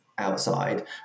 outside